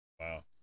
Wow